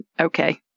Okay